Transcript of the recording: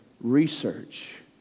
research